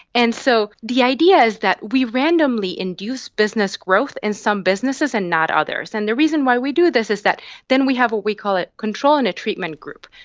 and so the idea is that we randomly induce business growth in some businesses and not others. and the reason why we do this is that then we have, we call it control and a treatment group.